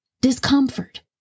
Discomfort